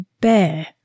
bear